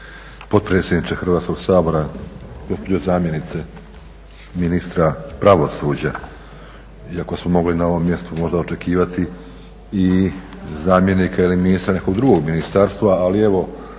Hrvatskog sabora, gospođo zamjenice ministra pravosuđa. Iako smo mogli na ovom mjestu možda očekivati i zamjenika ili ministra nekog drugog ministarstva. Ali evo